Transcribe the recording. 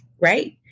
Right